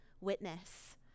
witness